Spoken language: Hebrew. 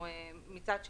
מצד שני,